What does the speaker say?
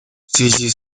связи